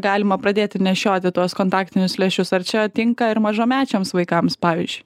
galima pradėti nešioti tuos kontaktinius lęšius ar čia tinka ir mažamečiams vaikams pavyzdžiui